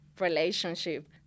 relationship